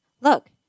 look